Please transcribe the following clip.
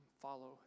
follow